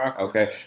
Okay